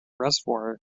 reservoir